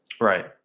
Right